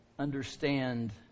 understand